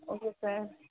okay sir